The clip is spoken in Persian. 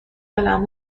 دلم